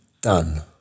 done